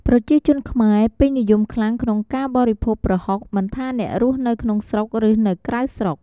ប្រជាជនខ្មែរពេញនិយមខ្លាំងក្នុងការបរិភោគប្រហុក មិនថាអ្នករស់នៅក្នុងស្រុក ឬនៅក្រៅស្រុក។